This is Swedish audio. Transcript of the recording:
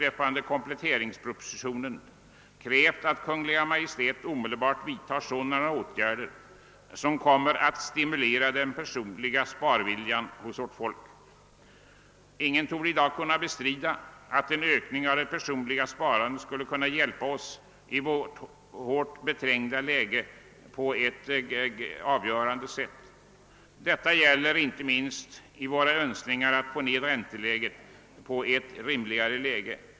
äg pletteringspropositionen krävt att Kungl. Maj:t omedelbart vidtar sådana åtgärder som stimulerar den personliga sparviljan hos vårt folk. Ingen torde i dag kunna bestrida att en ökning av det personliga sparandet skulle kunna hjälpa oss på ett avgörande sätt i vårt beträngda läge. Detta gäller inte minst våra Önskningar att få ned ränteläget på en rimligare nivå.